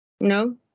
No